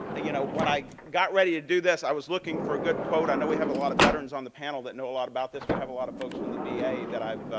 you know, when i got ready to do this, i was looking for a good quote i know we have a lot of veterans on the panel that know a lot about this. we have a lot of folks from the v a. that i've,